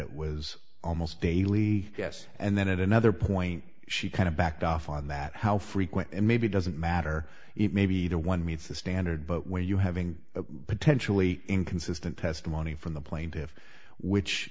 it was almost daily yes and then at another point she kind of backed off on that how frequent and maybe doesn't matter if maybe the one meets the standard but when you having a potentially inconsistent testimony from the plaintiffs which